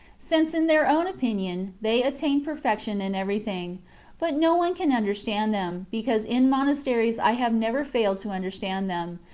since, in their own opinion, they attain perfection in everything but no one can understand them, because in monasteries i have never failed to understand them,